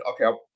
okay